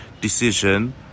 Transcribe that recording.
decision